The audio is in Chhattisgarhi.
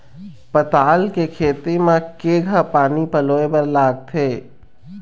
पताल के खेती म केघा पानी पलोए बर लागथे?